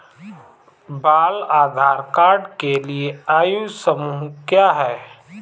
बाल आधार कार्ड के लिए आयु समूह क्या है?